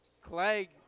Clegg